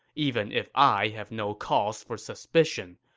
even if i have no cause for suspicion,